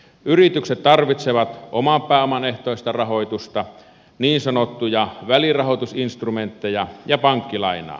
yritykset tarvitsevat oman pääoman ehtoista rahoitusta niin sanottuja välirahoitusinstrumentteja ja pankkilainaa